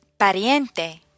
Pariente